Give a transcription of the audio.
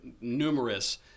numerous